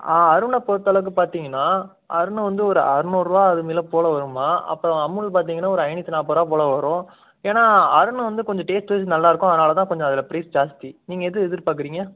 ஆ அருணை பொறுத்தளவுக்கு பார்த்தீங்கன்னா அருணு வந்து ஒரு அறுநூறுவா அதுபோல போலே வரும்மா அப்புறோம் அமுல் பார்த்தீங்கன்னா ஒரு ஐநூற்றி நாற்பது ரூவா போல வரும் ஏன்னால் அருணு வந்து கொஞ்சம் டேஸ்ட்வைஸ் நல்லாயிருக்கும் அதனால தான் கொஞ்சம் அதில் பிரைஸ் ஜாஸ்தி நீங்கள் எது எதிர்பார்க்கறீங்க